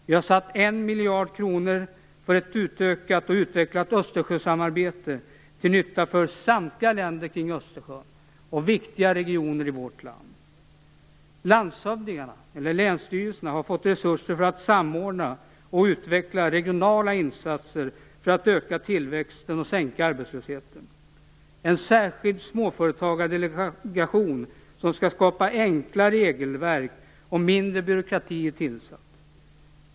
Vi har avsatt 1 miljard kronor för ett utökat och utvecklat Östersjösamarbete till nytta för samtliga länder kring Östersjön och viktiga regioner i vårt land. Länsstyrelserna har fått resurser för att samordna och utveckla regionala insatser för att öka tillväxten och sänka arbetslösheten. En särskild småföretagardelegation som skall skapa enkla regelverk och mindre byråkrati är tillsatt.